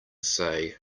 say